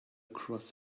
across